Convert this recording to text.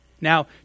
Now